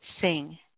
sing